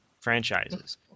franchises